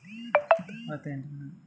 మళ్ళీ